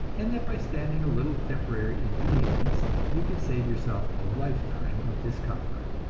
and that by standing a little temporary inconvenience you can save yourself a life-time of discomfort.